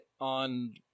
on